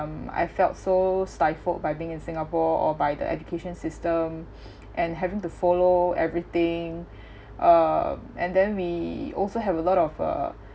um I felt so stifled by being in singapore or by the education system and having to follow everything uh and then we also have a lot of uh